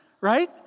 right